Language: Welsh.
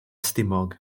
stumog